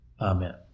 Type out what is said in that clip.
Amen